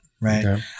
right